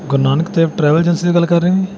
ਗੁਰੂ Nanak Dev travel agency ਤੋਂ ਗੱਲ ਕਰ ਰਹੇ ਹੋ ਜੀ